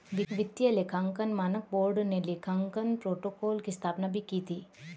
वित्तीय लेखांकन मानक बोर्ड ने लेखांकन प्रोटोकॉल की स्थापना भी की थी